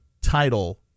title